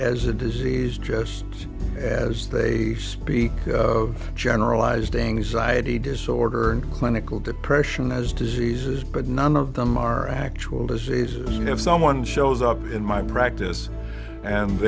as a disease just as they speak of generalized anxiety disorder and clinical depression as diseases but none of them are actual disease and if someone shows up in my practice and